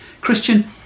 christian